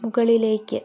മുകളിലേക്ക്